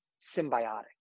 symbiotic